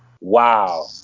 Wow